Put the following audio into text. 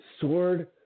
sword